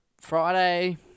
Friday